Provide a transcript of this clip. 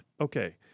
Okay